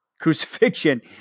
crucifixion